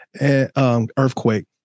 earthquake